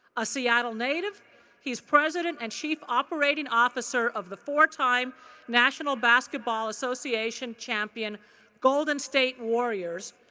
a seattle native whose president and chief operating officer of the four-time national basketball association champion golden state warriors.